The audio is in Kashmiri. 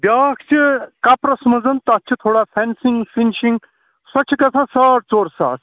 بیٛاکھ چھِ کَپرَس منٛزَ تَتھ چھِ تھوڑا فینسِنٛگ فِنشِنٛگ سۄ تہِ چھِ گژھان ساڑ ژور ساس